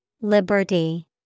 Liberty